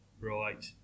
Right